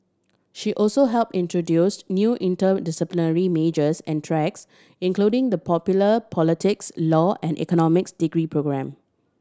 she also help introduce new interdisciplinary majors and tracks including the popular politics law and economics degree programme